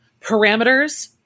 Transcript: parameters